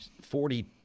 Forty